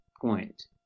point